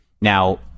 Now